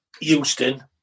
Houston